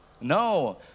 No